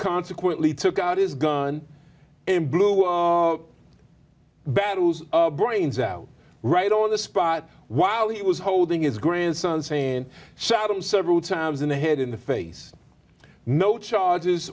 consequently took out his gun and blew bat whose brains out right on the spot while he was holding his grandson sayin shot him several times in the head in the face no charges